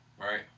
right